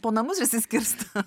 po namus išsiskirsto